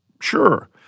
Sure